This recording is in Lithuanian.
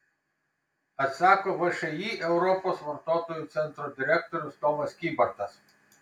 atsako všį europos vartotojų centro direktorius tomas kybartas